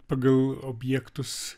pagal objektus